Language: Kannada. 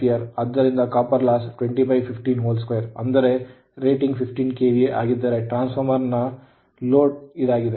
ಆದ್ದರಿಂದ copper loss 20152 ಅಂದರೆ ರೇಟಿಂಗ್ 15ಕೆವಿಎ ಆಗಿದ್ದರೆ ಟ್ರಾನ್ಸ್ ಫಾರ್ಮರ್ ಓವರ್ ಲೋಡ್ ಆಗಿದೆ